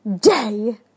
day